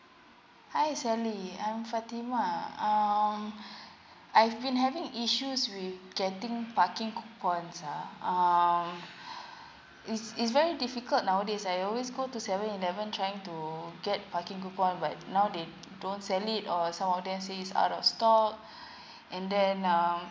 hi Sally I'm fatima um I've been having issues with getting parking coupons ah um it's it's very difficult nowadays I always go to seven eleven trying to get parking coupon but now they don't sell it or some of them say is out of stock and then um